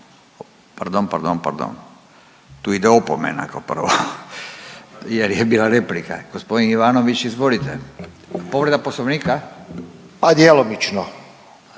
pardon, pardon, pardon. Tu ide opomena kao prvo jer je bila replika. Gospodin Ivanović izvolite. Povreda Poslovnika? **Ivanović,